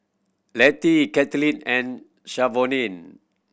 Lettie Katlyn and Shavonne